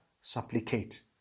supplicate